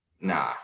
Nah